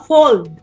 Fold